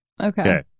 Okay